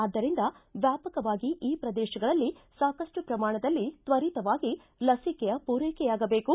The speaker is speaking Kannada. ಆದ್ದರಿಂದ ವ್ಲಾಪಕವಾಗಿ ಈ ಪ್ರದೇಶಗಳಲ್ಲಿ ಸಾಕಷ್ಟು ಪ್ರಮಾಣದಲ್ಲಿ ತ್ವರಿತವಾಗಿ ಲಸಿಕೆಯ ಪೂರೈಕೆಯಾಗಬೇಕು